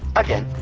again,